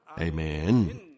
Amen